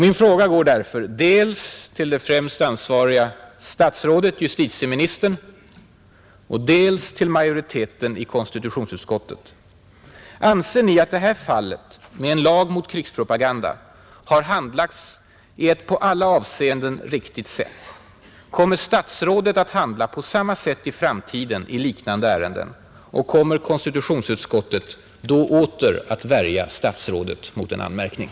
Min fråga går därför dels till det främst ansvariga statsrådet, justitieministern, dels till majoriteten i konstitutionsutskottet: Anser ni att det här fallet har handlagts på ett i alla avseenden riktigt sätt? Kommer statsrådet att handla på samma sätt i framtiden i liknande ärenden och kommer konstitutionsutskottet då åter att värja statsrådet mot en anmärkning?